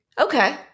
Okay